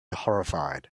horrified